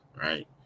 right